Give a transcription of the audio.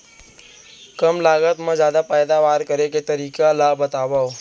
कम लागत मा जादा पैदावार करे के तरीका मन ला बतावव?